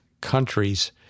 countries